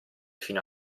fino